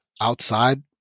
outside